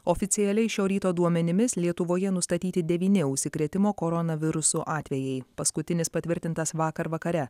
oficialiai šio ryto duomenimis lietuvoje nustatyti devyni užsikrėtimo koronavirusu atvejai paskutinis patvirtintas vakar vakare